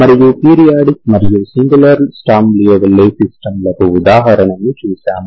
మరియు పీరియాడిక్ మరియు singular Sturm Liouville సిస్టమ్లకు ఉదాహరణను చూసాము